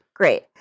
great